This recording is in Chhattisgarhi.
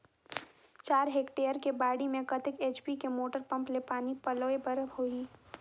चार हेक्टेयर के बाड़ी म कतेक एच.पी के मोटर पम्म ले पानी पलोय बर होही?